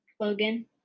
Logan